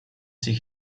sich